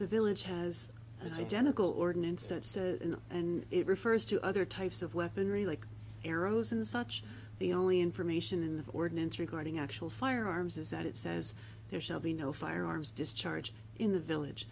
the village has an identical ordinance that says in the and it refers to other types of weaponry like arrows and such the only information in the ordinance regarding actual firearms is that it says there shall be no firearms discharge in the village